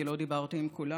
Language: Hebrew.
כי לא דיברתי עם כולם,